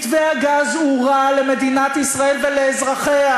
מתווה הגז הוא רע למדינת ישראל ולאזרחיה.